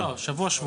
לא לא, שבוע-שבועיים.